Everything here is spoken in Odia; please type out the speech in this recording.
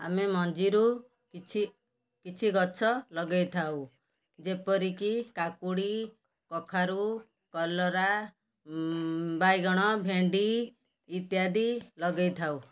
ଆମେ ମଞ୍ଜିରୁ କିଛି କିଛି ଗଛ ଲଗାଇଥାଉ ଯେପରିକି କାକୁଡ଼ି କଖାରୁ କଲରା ବାଇଗଣ ଭେଣ୍ଡି ଇତ୍ୟାଦି ଲଗାଇଥାଉ